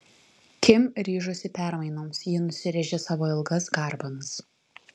kim ryžosi permainoms ji nusirėžė savo ilgas garbanas